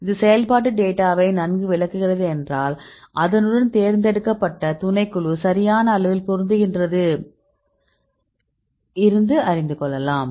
இது செயல்பாட்டுத் டேட்டாவை நன்கு விளக்குகிறது என்றால் அதனுடன் தேர்ந்தெடுக்கப்பட்ட துணைக்குழு சரியான அளவில் பொருந்துகின்றது இருந்து அறிந்து கொள்ளலாம்